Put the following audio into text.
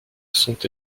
sont